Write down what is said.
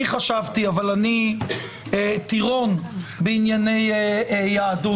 אני חשבתי, אבל אני טירון בענייני יהדות.